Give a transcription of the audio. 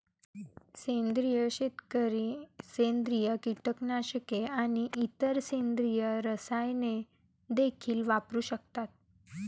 सेंद्रिय शेतकरी सेंद्रिय कीटकनाशके आणि इतर सेंद्रिय रसायने देखील वापरू शकतात